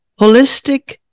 Holistic